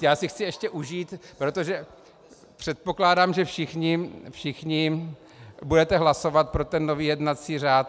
Já si chci ještě užít, protože předpokládám, že všichni budete hlasovat pro ten nový jednací řád.